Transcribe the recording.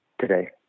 today